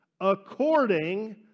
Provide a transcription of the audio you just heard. According